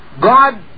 God